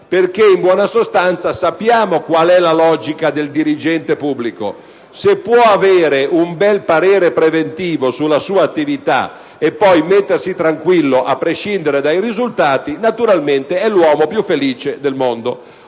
in buona sostanza qual è la logica del dirigente pubblico: se può avere un bel parere preventivo sulla sua attività e poi mettersi tranquillo, a prescindere dai risultati, naturalmente sarà l'uomo più felice del mondo.